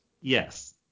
Yes